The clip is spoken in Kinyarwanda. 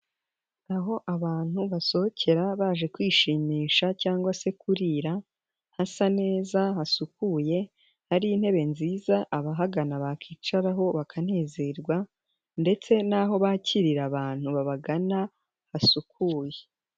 Aho abantu basohokera baje kwishimisha cyangwa se kurira, hasa neza, hasukuye, hari intebe nziza, abahagana bakicaraho bakanezerwa ndetse naho bakirira abantu babagana hasukuye.